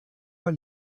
pas